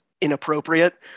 inappropriate